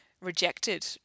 rejected